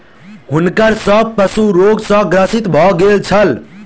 हुनकर सभ पशु रोग सॅ ग्रसित भ गेल छल